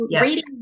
Reading